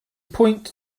point